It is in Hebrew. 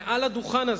מעל הדוכן הזה,